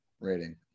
rating